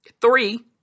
Three